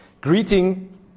greeting